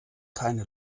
keine